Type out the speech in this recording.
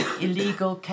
illegal